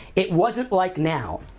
it wasn't like now.